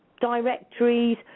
directories